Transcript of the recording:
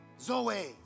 Zoe